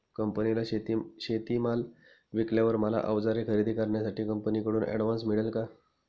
कंपनीला शेतीमाल विकल्यावर मला औजारे खरेदी करण्यासाठी कंपनीकडून ऍडव्हान्स मिळेल का?